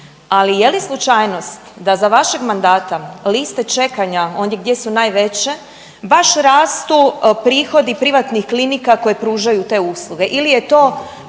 ali je li slučajnost da za vašeg mandata liste čekanja ondje gdje su najveće baš rastu prihodi prihvatnih klinika koje pružaju te usluge